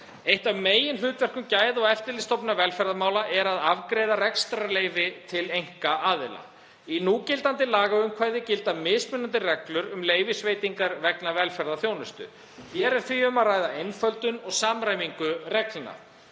Eitt af meginhlutverkum Gæða- og eftirlitsstofnunar velferðarmála er að afgreiða rekstrarleyfi til einkaaðila. Í núgildandi lagaumhverfi gilda mismunandi reglur um leyfisveitingar vegna velferðarþjónustu. Hér er því um að ræða einföldun og samræmingu reglna.